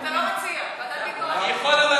הם לא יכולים לקבוע, רק המציעים.